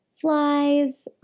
Flies